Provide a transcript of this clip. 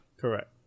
Correct